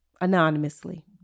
Anonymously